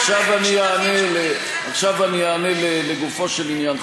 עכשיו אני אענה לגופו של עניין.